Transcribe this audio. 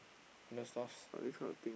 other stuffs